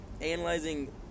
analyzing